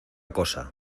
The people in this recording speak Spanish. cosa